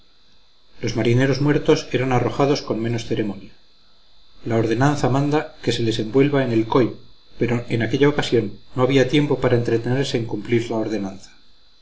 los marineros muertos eran arrojados con menos ceremonia la ordenanza manda que se les envuelva en el coy pero en aquella ocasión no había tiempo para entretenerse en cumplir la ordenanza